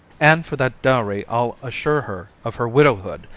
and, for that dowry, i'll assure her of her widowhood,